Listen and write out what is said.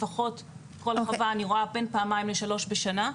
לפחות כל חווה אני רואה בין פעמיים לשלוש בשנה,